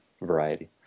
variety